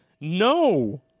No